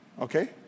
Okay